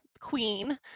queen